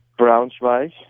Braunschweig